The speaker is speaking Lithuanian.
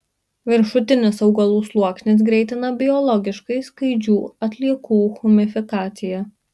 viršutinis augalų sluoksnis greitina biologiškai skaidžių atliekų humifikaciją